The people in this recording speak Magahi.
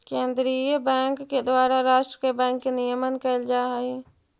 केंद्रीय बैंक के द्वारा राष्ट्र के बैंक के नियमन कैल जा हइ